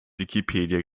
wikipedia